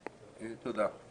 תודה.